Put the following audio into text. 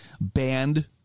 banned